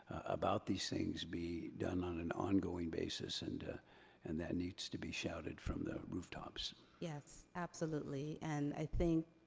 about these things be done on an ongoing basis. and and that needs to be shouted from the rooftops. yes, absolutely. and i think,